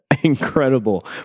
incredible